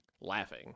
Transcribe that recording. laughing